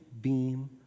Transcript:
beam